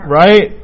right